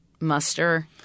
muster